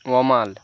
তমাল